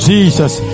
Jesus